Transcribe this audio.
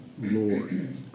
Lord